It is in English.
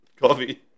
coffee